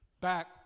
back